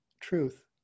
truth